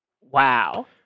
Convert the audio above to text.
Wow